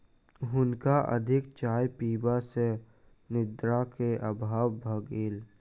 हुनका अधिक चाय पीबा सॅ निद्रा के अभाव भ गेल